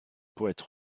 poète